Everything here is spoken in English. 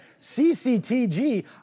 CCTG